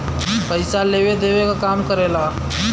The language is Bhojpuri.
पइसा लेवे देवे क काम करेला